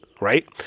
right